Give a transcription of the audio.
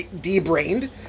de-brained